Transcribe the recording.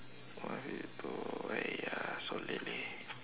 one fifty two !aiya! so late leh